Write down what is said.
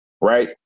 Right